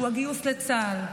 שהוא הגיוס לצה"ל.